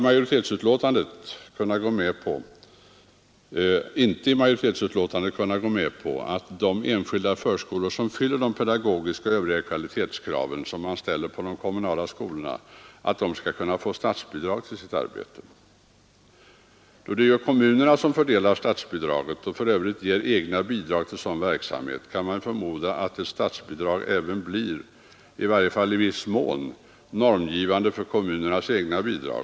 Majoriteten har emellertid i betänkandet inte kunnat gå med på att de enskilda förskolor som fyller pedagogiska och övriga kvalitetskrav som ställs på de kommunala skolorna skall få statsbidrag till sitt arbete. Då det är kommunerna som fördelar statsbidraget, och för övrigt ger egna bidrag till sådan verksamhet, kan man förmoda att ett statsbidrag även, i varje fall i viss mån, blir normgivande för kommunernas egna bidrag.